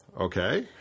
Okay